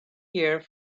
here